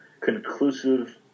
conclusive